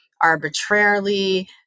arbitrarily